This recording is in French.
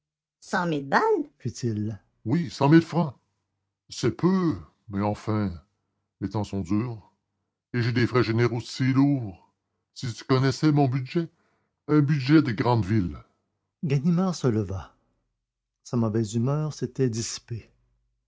cent mille balles fit-il oui cent mille francs c'est peu mais enfin les temps sont durs et j'ai des frais généraux si lourds si vous connaissiez mon budget un budget de grande ville ganimard se leva sa mauvaise humeur s'était dissipée